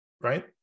Right